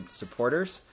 supporters